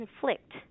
conflict